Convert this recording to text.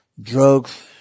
drugs